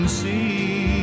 see